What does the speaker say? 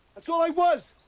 that's all i was.